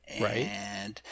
right